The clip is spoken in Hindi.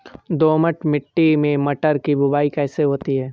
दोमट मिट्टी में मटर की बुवाई कैसे होती है?